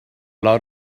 lot